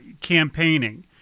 campaigning